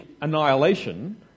annihilation